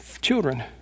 children